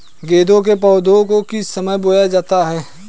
गेंदे के पौधे को किस समय बोया जाता है?